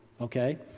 Okay